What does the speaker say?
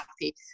happy